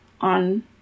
on